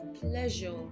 pleasure